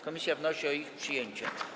Komisja wnosi o ich przyjęcie.